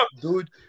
dude